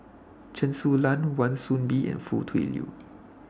Chen Su Lan Wan Soon Bee and Foo Tui Liew